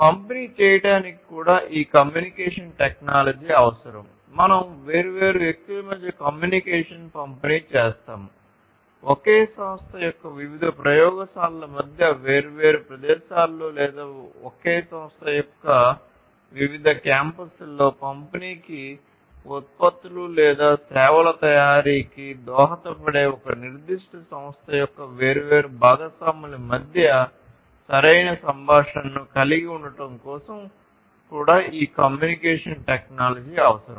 పంపిణీ చేయడానికి కూడా ఈ కమ్యూనికేషన్ టెక్నాలజీ అవసరం మనం వేర్వేరు వ్యక్తుల మధ్య కమ్యూనికేషన్ పంపిణీ చేసాము ఒకే సంస్థ యొక్క వివిధ ప్రయోగశాలల మధ్య వేర్వేరు ప్రదేశాలలో లేదా ఒకే సంస్థ యొక్క వివిధ క్యాంపస్లలో పంపిణీకి ఉత్పత్తులు లేదా సేవల తయారీకి దోహదపడే ఒక నిర్దిష్ట సంస్థ యొక్క వేర్వేరు భాగస్వాముల మధ్య సరైన సంభాషణను కలిగి ఉండటం కోసం కూడా ఈ కమ్యూనికేషన్ టెక్నాలజీ అవసరం